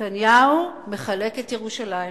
נתניהו מחלק את ירושלים.